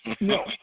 No